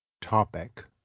topic